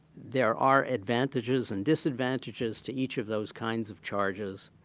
there are advantages and disadvantages to each of those kinds of charges.